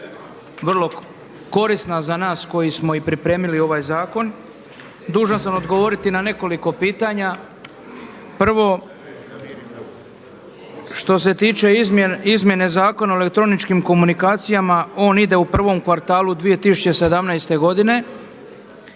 vrlo korisna za nas koji smo pripremili ovaj zakon. Dužan sam odgovoriti na nekoliko pitanja. Prvo, što se tiče izmjene Zakona o elektroničkim komunikacijama, on ide u prvom kvartalu 2017. godine.